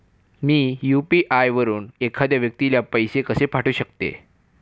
मी UPI वापरून एखाद्या व्यक्तीला पैसे कसे पाठवू शकते?